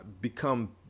become